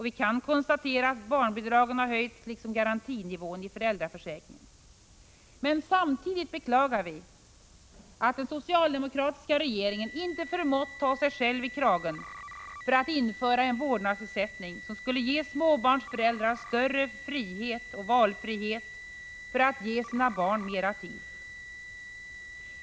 Vi kan konstatera att barnbidragen har höjts, liksom garantinivån i föräldraförsäkringen. Samtidigt beklagar vi att den socialdemokratiska regeringen inte förmått ta sig själv i kragen för att införa en vårdnadsersättning, som skulle ge småbarnsföräldrar större frihet att ge sina barn mera tid.